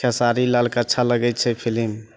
खेसारी लालके अच्छा लागै छै फिलिम